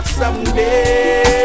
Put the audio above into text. someday